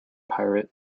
pirate